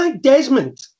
Desmond